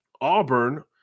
Auburn